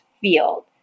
field